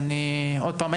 עוד פעם,